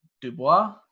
Dubois